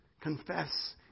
Confess